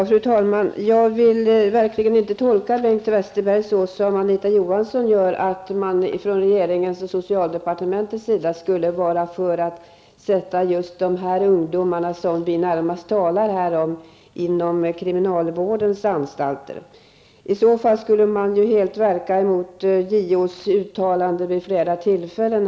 Fru talman! Jag vill verkligen inte tolka Bengt Westerberg så som Anita Johansson gör, att regeringen och socialdepartementet skulle vara för att sätta just de ungdomar som vi närmast talar om på kriminalvårdens anstalter. I så fall skulle man helt verka mot de uttalanden som JO gjort vid flera tillfällen.